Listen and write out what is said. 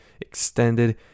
extended